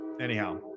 Anyhow